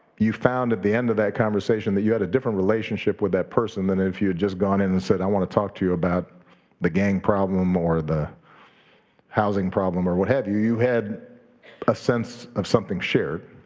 you found at the end of that conversation that you had a different relationship with that person than if you had just gone in and said i wanna talk to you about the gang problem or the housing problem or what have you. you had a sense of something shared.